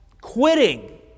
quitting